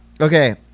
okay